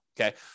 okay